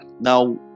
Now